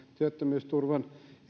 työttömyysturvan